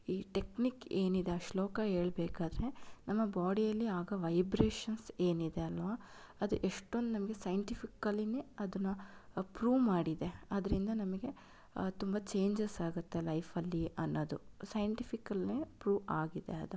ಈ ಟೆಕ್ನಿಕ್ ಏನಿದೆ ಆ ಶ್ಲೋಕ ಹೇಳ್ಬೇಕಾದರೆ ನಮ್ಮ ಬಾಡಿಯಲ್ಲಿ ಆಗೋ ವೈಬ್ರೆಷನ್ಸ್ ಏನಿದೆ ಅಲ್ವಾ ಅದು ಎಷ್ಟೊಂದು ನಮಗೆ ಸೈನ್ಟಿಫಿಕಲಿನೇ ಅದನ್ನು ಪ್ರೂವ್ ಮಾಡಿದೆ ಅದರಿಂದ ನಮಗೆ ತುಂಬ ಚೇಂಜಸ್ ಆಗತ್ತೆ ಲೈಫ್ ಅಲ್ಲಿ ಅನ್ನೋದು ಸೈನ್ಟಿಫಿಕಲಿ ಪ್ರೂವ್ ಆಗಿದೆ ಅದು